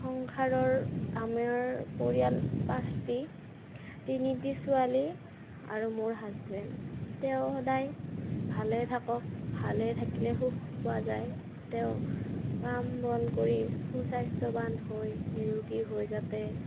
সংসাৰৰ আমাৰ পৰিয়াল পাচঁটি তিনিটি ছোৱালী আৰু মোৰ হাজবেণ্ড তেওঁ সদায় ভালে থাকক ভালে থাকিলে সুখ পোৱা যায় তেওঁ কাম বন কৰি সু স্বাস্থ্যৱান হৈ নিৰোগী হৈ যাতে